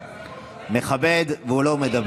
לא.